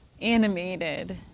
animated